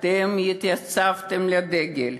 אתם התייצבתם לדגל,